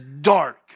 dark